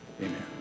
Amen